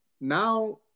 now